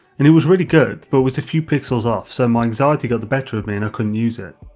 and it was really good, but was a few pixels off, so my anxiety got the better of me and i couldn't use it.